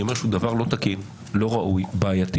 אני אומר שהוא דבר לא תקין, לא ראוי, בעייתי.